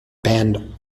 band